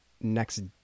next